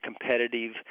competitive